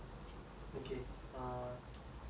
I guess I you you want to become kamala hassan